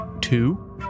Two